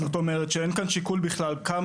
זאת אומרת שאין כאן שיקול בכלל כמה